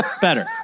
Better